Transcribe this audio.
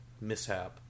mishap